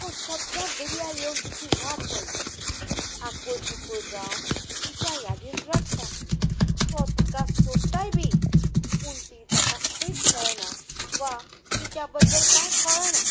तो सद्दा दर्यार येवन तिची वाट पळयता आकूळ पिकूळ जावन तिच्या यादीन रडटा तो तिका सोदताय बी पूण टी ताका खंयच मेळना वा तिच्या बद्दल कांय कळना